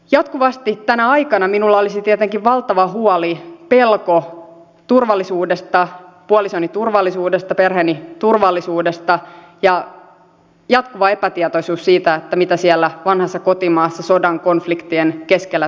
jatkuvasti tänä aikana minulla olisi tietenkin valtava huoli pelko turvallisuudesta puolisoni turvallisuudesta perheeni turvallisuudesta ja jatkuva epätietoisuus siitä mitä siellä vanhassa kotimaassa sodan konfliktien keskellä tapahtuisi